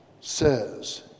says